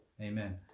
Amen